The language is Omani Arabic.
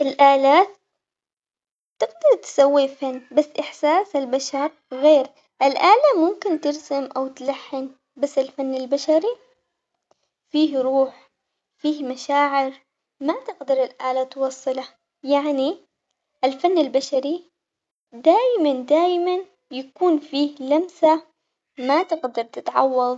الآلات تقدر تسوي فن بس إحساس البشر غير، الآلة ممكن ترسم أو تلحن بس الفن البشري فيه روح فيه مشاعر، ما تقدر الآلة توصله، يعني الفن البشري دايماً دايماً يكون فيه لمسة ما تقدر تتعوض.